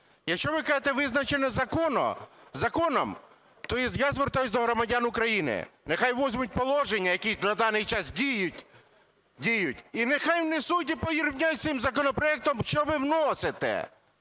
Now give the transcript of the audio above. Якщо ви кажете "визначено законом", то я звертаюся до громадян України, нехай візьмуть положення, які на даний час діють, діють, і нехай внесуть і порівняють з цим законопроектом, що ви вносите.